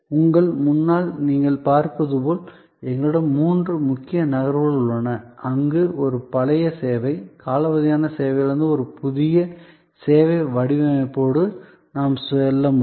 உங்களுக்கு முன்னால் நீங்கள் பார்ப்பது போல் எங்களிடம் மூன்று முக்கிய நகர்வுகள் உள்ளன அங்கு ஒரு பழைய சேவை காலாவதியான சேவையிலிருந்து ஒரு புதிய சேவை வடிவமைப்போடு நாம் செல்ல முடியும்